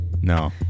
No